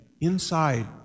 inside